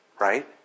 Right